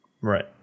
Right